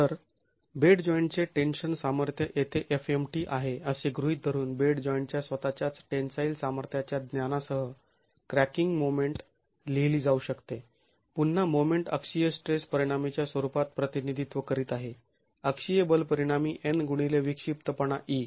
तर बेड जॉईंटचे टेन्शन सामर्थ्य येथे fmt आहे असे गृहीत धरून बेड जॉईंटच्या स्वतःच्याच टेन्साईल सामर्थ्याच्या ज्ञानासह क्रॅकिंग मोमेंट लिहिली जाऊ शकते पुन्हा मोमेंट अक्षीय स्ट्रेस परिणामीच्या स्वरुपात प्रतिनिधित्व करीत आहे अक्षीय बल परिणामी N गुणिले विक्षिप्तपणा e